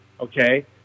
Okay